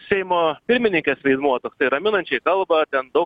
seimo pirmininkės vaidmuo toksai raminančiai kalba ten daug